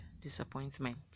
disappointment